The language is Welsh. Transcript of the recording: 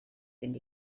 fynd